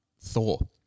Thor